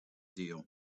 deal